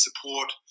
support